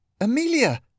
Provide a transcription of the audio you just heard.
Amelia